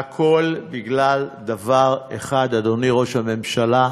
והכול בגלל דבר אחד, אדוני ראש הממשלה,